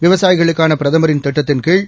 விவசாயிகளுக்கானபிரதமரின் திட்டத்தின்கீழ்